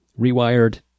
rewired